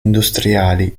industriali